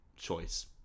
Choice